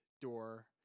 door